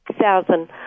thousand